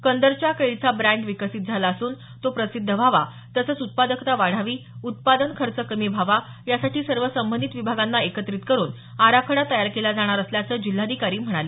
कंदरच्या केळीचा ब्रँड विकसित झाला असून तो प्रसिध्द व्हावा तसच उत्पादकता वाढावी उत्पादन खर्च कमी व्हावा यासाठी सर्व संबंधित विभागांना एकत्रित करुन आराखडा तयार केला जाणार असल्याचं जिल्हाधिकारी म्हणाले